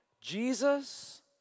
Jesus